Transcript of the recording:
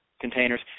Containers